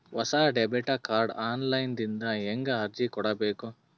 ಹೊಸ debit card online ದಿಂದ ಹೇಂಗ ಅರ್ಜಿ ಕೊಡಬೇಕು?